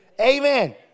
Amen